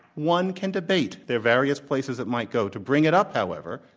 one can debate the various places it might go. to bring it up, however,